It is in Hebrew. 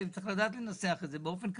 צריך לדעת לנסח את זה באופן כזה,